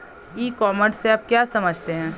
ई commerce से आप क्या समझते हैं?